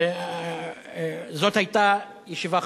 זאת היתה ישיבה חשובה.